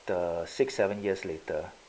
the six seven years later